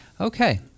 Okay